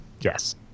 yes